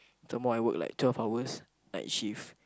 the more I work like twelve hours night shift